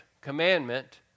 commandment